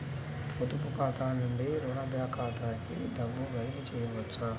పొదుపు ఖాతా నుండీ, రుణ ఖాతాకి డబ్బు బదిలీ చేయవచ్చా?